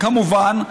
כמובן,